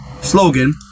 slogan